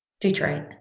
Detroit